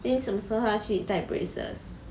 then 你什么时候要去戴 braces